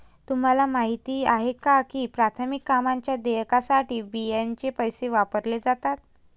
तुम्हाला माहिती आहे का की प्राथमिक कामांच्या देयकासाठी बियांचे पैसे वापरले जातात?